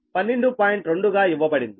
2 గా ఇవ్వబడింది